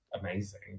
amazing